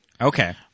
Okay